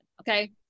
Okay